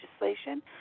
legislation